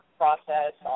process